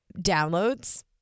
downloads